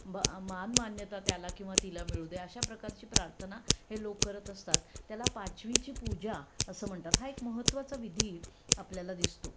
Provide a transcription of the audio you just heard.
बा मान मान्यता त्याला किंवा तिला मिळू दे अशा प्रकारची प्रार्थना हे लोक करत असतात त्याला पाचवीची पूजा असं म्हणतात हा एक महत्त्वाचा विधी आपल्याला दिसतो